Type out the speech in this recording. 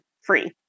free